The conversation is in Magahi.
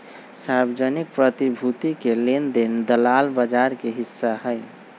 सार्वजनिक प्रतिभूति के लेन देन दलाल बजार के हिस्सा हई